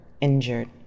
injured